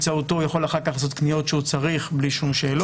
שבאמצעותו הוא יכול אחר כך לעשות קניות שהוא צריך בלי שום שאלות.